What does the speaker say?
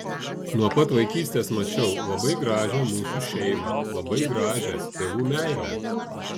nuo pat vaikystės mačiau labai gražią mūsų šeimą labai gražią tėvų meilę